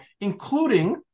including